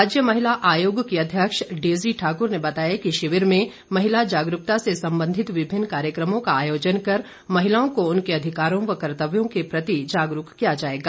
राज्य महिला आयोग की अध्यक्ष डेजी ठाकुर ने बताया कि शिविर में महिला जागरूकता से संबंधित विभिन्न कार्यकमों का आयोजन कर महिलाओं को उनके अधिकारों व कर्तव्य के प्रति जागरूक किया जाएगा